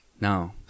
No